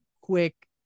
quick